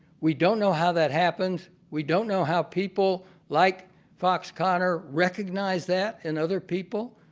we don't know how that happens. we don't know how people like fox connor recognize that in other people.